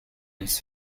his